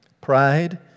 Pride